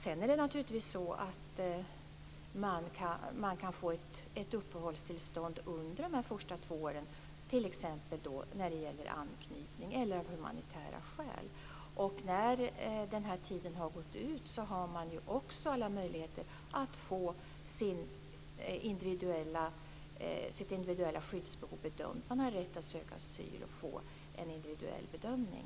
Sedan kan man naturligtvis få ett uppehållstillstånd under de första två åren, t.ex. på grund av anknytning eller av humanitära skäl. När denna tid har gått ut har man alla möjligheter att få sitt individuella skyddsbehov bedömt - man har rätt att söka asyl och få en individuell bedömning.